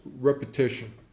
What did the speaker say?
repetition